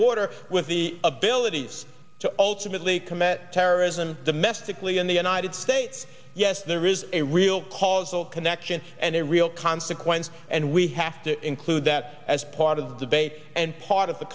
border with the abilities to ultimately commit terrorism domestically in the united states yes there is a real causal connection and a real consequence and we have to include that as part of the debate and part of the